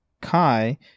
Kai